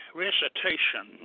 recitation